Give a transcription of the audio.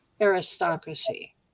aristocracy